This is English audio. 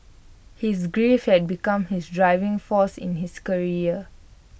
his grief had become his driving force in his career